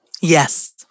Yes